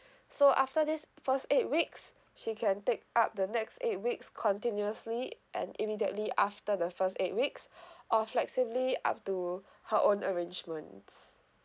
so after this first eight weeks she can take up the next eight weeks continuously and immediately after the first eight weeks or flexibly up to her own arrangements